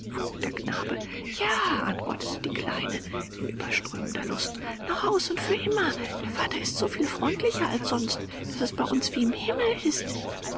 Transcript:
der knabe ja antwortete die kleine in überströmender lust nach hause und für immer der vater ist so viel freundlicher als sonst daß es bei uns wie im himmel ist